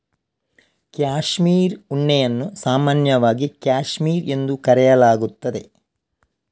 cashmere ಉಣ್ಣೆಯನ್ನು ಸಾಮಾನ್ಯವಾಗಿ cashmere ಎಂದು ಕರೆಯಲಾಗುತ್ತದೆ